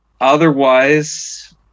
Otherwise